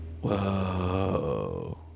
Whoa